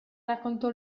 raccontò